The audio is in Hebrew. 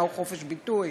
מהו חופש ביטוי,